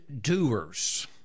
doers